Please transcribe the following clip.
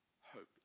hope